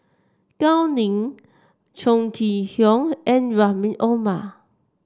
Gao Ning Chong Kee Hiong and Rahim Omar